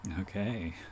Okay